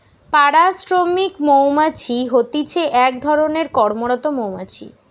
পাড়া শ্রমিক মৌমাছি হতিছে এক ধরণের কর্মরত মৌমাছি